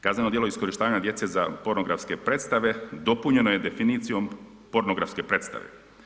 Kazneno djelo za iskorištavanja djece za pornografske predstave dopunjeno je definicijom pornografske predstave.